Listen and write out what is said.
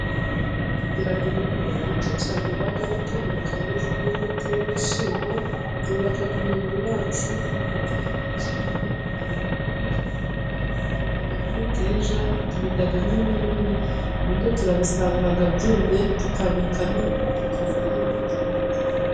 Tugira ibihingwa byinshi cyane, biba bitandukanye nk'imbuto y'ibishyimbo, byubaka umubiri wacu, biraryoha cyane tubiryamo umushogoro, tubiryamo imiteja, tubiryamo intonore, ibindi turabisarura byumye, tukabika n'imbuto tuzahinga ikindi gihe.